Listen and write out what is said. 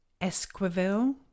Esquivel